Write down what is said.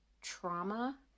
trauma